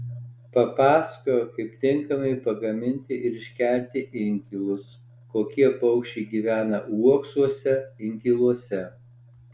papasakojo kaip tinkamai pagaminti ir iškelti inkilus kokie paukščiai gyvena uoksuose inkiluose